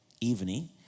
evening